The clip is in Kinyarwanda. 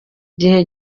gihe